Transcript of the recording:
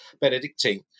Benedictine